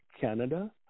Canada